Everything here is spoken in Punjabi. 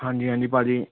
ਹਾਂਜੀ ਹਾਂਜੀ ਭਾਅ ਜੀ